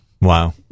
wow